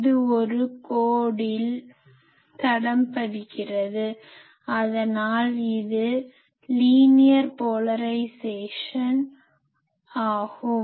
இது ஒரு கோடில் தடம் பதிக்கிறது அதனால் இது லீனியர் போலரைஸேசன் linear polarization நேரியல் துருவமுனைப்பு ஆகும்